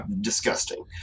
disgusting